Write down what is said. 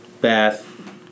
bath